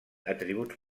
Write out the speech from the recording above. atributs